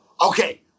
Okay